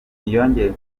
ntiyongeye